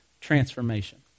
transformation